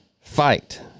fight